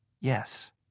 Yes